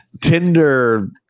Tinder